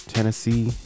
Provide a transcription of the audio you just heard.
Tennessee